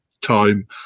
time